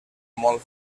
molt